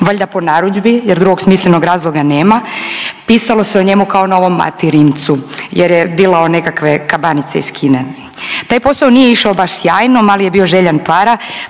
valjda po narudžbi, jer drugog smislenog razloga nema. Pisalo se o njemu kao novom Mati Rimcu jer je dilao nekakve kabanice iz Kine. Taj posao nije išao baš sjajno, mali je bio željan para,